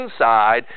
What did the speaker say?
inside